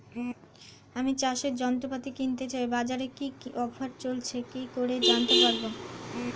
আমি চাষের যন্ত্রপাতি কিনতে চাই বাজারে কি কি অফার চলছে কি করে জানতে পারবো?